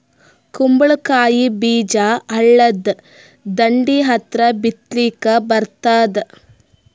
ಕುಂಬಳಕಾಯಿ ಬೀಜ ಹಳ್ಳದ ದಂಡಿ ಹತ್ರಾ ಬಿತ್ಲಿಕ ಬರತಾದ?